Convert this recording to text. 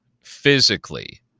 physically